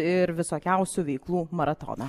ir visokiausių veiklų maratoną